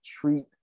treat